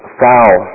foul